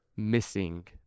missing